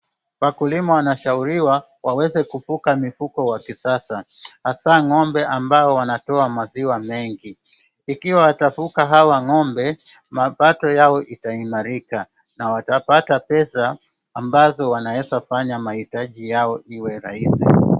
Wakulima wanashauriwa waweza kufuga mifugo ya kisasa, hasa ng'ombe ambao wanatoa maziwa mengi. Ikiwa atafuga hawa ng'ombe mapato yao itahimarika na watapata pesa ambazo wanaeza fanya mahitaji yao iwe rahisi.